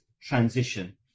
transition